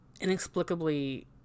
inexplicably